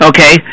Okay